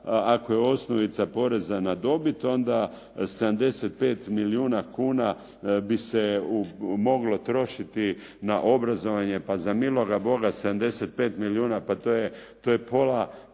ako je osnovica poreza na dobit onda 75 milijuna kuna bi se moglo trošiti na obrazovanje. Pa za miloga Boga, 75 milijuna pa to je pola